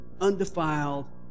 undefiled